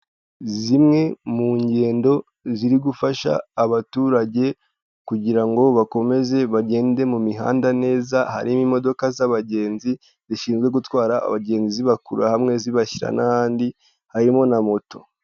Zimwe mu ngendo ziri gufasha abaturage kugira ngo bakomeze bagende mu mihanda neza, harimo imodoka z'abagenzi, zishinzwe gutwara abagenzi zibakura hamwe zibashyira n'ahandi, harimo na moto.